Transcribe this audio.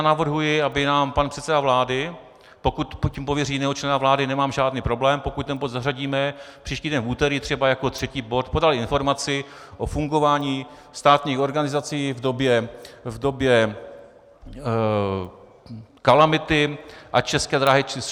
Navrhuji, aby nám pan předseda vlády, pokud tím pověří jiného člena vlády, nemám žádný problém, pokud ten bod zařadíme, příští týden v úterý třeba jako třetí bod, podal informaci o fungování státních organizací v době kalamity ať České dráhy, či SŽDC.